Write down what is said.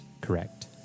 Correct